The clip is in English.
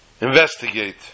investigate